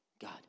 God